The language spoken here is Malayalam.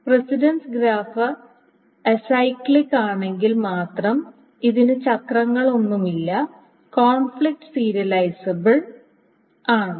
പ്രസിഡൻസ് ഗ്രാഫ് അസൈക്ലിക് ആണെങ്കിൽ മാത്രം ഇതിന് ചക്രങ്ങളൊന്നുമില്ല കോൺഫ്ലിക്റ്റ് സീരിയലൈസ്ബിൾ ആണ്